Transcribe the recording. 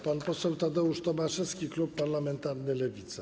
Pan poseł Tadeusz Tomaszewski, klub parlamentarny Lewica.